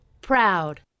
Proud